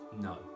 No